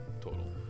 total